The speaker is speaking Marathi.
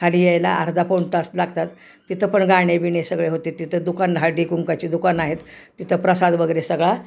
खाली यायला अर्धा पाऊण तास लागतात तिथं पण गाणे बिणे सगळे होते तिथं दुकान हळदी कुंकवाचे दुकान आहेत तिथं प्रसाद वगैरे सगळा